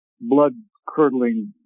blood-curdling